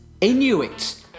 inuit